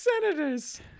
Senators